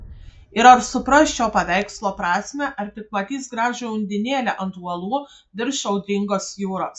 ir ar supras šio paveikslo prasmę ar tik matys gražią undinėlę ant uolų virš audringos jūros